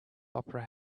opera